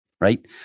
right